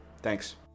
Thanks